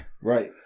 Right